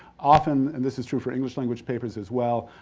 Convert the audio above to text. often, and this is true for english language papers as well,